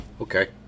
okay